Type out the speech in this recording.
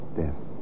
death